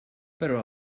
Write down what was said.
però